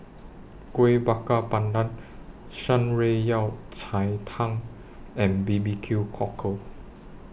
Kuih Bakar Pandan Shan Rui Yao Cai Tang and B B Q Cockle